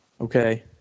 Okay